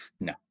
No